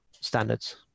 standards